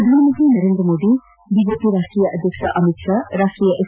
ಪ್ರಧಾನಮಂತ್ರಿ ನರೇಂದ್ರ ಮೋದಿ ಬಿಜೆಪಿ ರಾಷ್ಷೀಯ ಅಧ್ಯಕ್ಷ ಅಮಿತ್ ಶಾ ರಾಷ್ಷೀಯ ಎಸ್